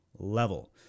Level